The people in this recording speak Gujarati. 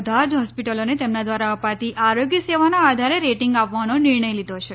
બધા જ હોસ્પીટલોને તેમના દ્વારા અપાતી આરોગ્ય સેવાના આધારે રેટીંગ આપવાનો નિર્ણય લીધો છે